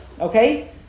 Okay